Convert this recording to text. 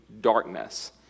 darkness